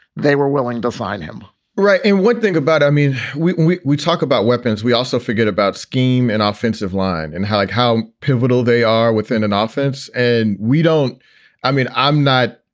they were willing to find him right. and one thing about i mean, we we talk about weapons. we also forget about scheme and offensive line and how like how pivotal they are within an ah offense. and we don't i mean, i'm not,